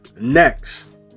next